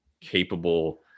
capable